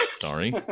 Sorry